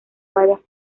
varias